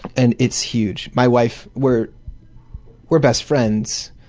and it's huge. my wife, we're we're best friends,